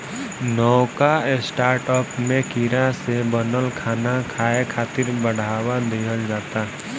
नवका स्टार्टअप में कीड़ा से बनल खाना खाए खातिर बढ़ावा दिहल जाता